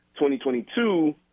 2022